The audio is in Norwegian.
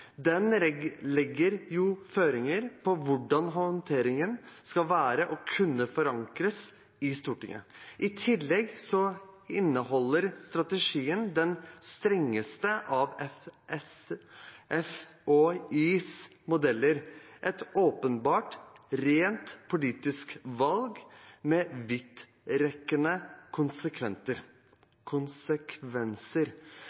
Den legger jo føringer for hvordan håndteringen skal være, og kunne blitt forankret i Stortinget. I tillegg inneholder strategien den strengeste av FHIs modeller. Det er åpenbart et rent politisk valg, med vidtrekkende